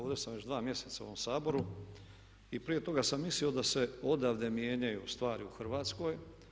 Ovdje sam već dva mjeseca u ovom Saboru i prije toga sam mislio da se odavde mijenjaju stvari u Hrvatskoj.